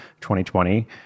2020